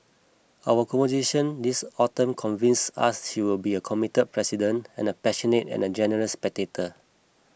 our conversation this autumn convince us she will be a committed president and a passionate and generous spectator